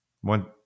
one